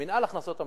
מינהל הכנסות המדינה,